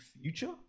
future